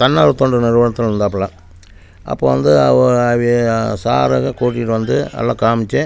தன்னார்வ தொண்டு நிறுவனத்தில் இருந்தாப்பில அப்போ வந்து அ அவிங்க சாரெல்லாம் கூட்டிட்டு வந்து எல்லாம் காமிச்சு